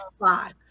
five